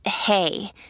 hey